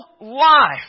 life